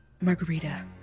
Margarita